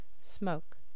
Smoke